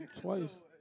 twice